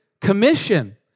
commission